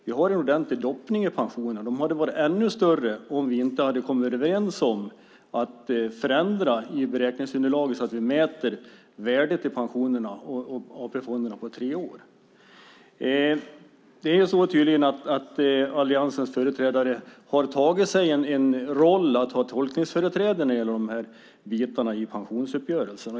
Vi har en ordentlig dipp i pensionerna, och den hade varit ännu större om vi inte hade kommit överens om att förändra i beräkningsunderlaget så att värdet av pensionerna i AP-fonderna mäts på tre år. Det är tydligen så att alliansens företrädare har tagit sig en roll att ha tolkningsföreträde i de här delarna i pensionsuppgörelsen.